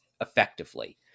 effectively